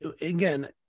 again